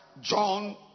John